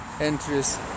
entries